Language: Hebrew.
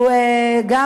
הוא גם